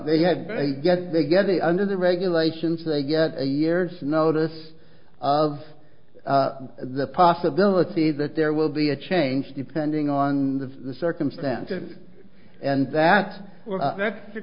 they had a get together under the regulations they get a year's notice of the possibility that there will be a change depending on the circumstances and that that's a